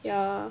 ya lor